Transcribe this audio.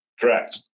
Correct